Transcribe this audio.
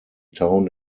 town